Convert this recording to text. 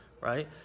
right